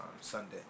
Sunday